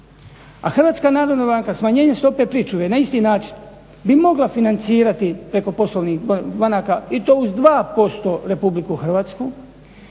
kredita Ukrajini, a HNB smanjenje stope pričuve na isti način bi mogla financirati preko poslovnih banaka i to uz 2% RH.